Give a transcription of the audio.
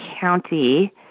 County